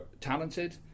talented